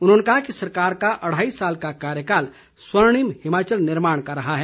उन्होंने कहा कि सरकार का अढ़ाई साल का कार्यकाल स्वर्णिम हिमाचल निर्माण का रहा है